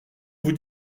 vous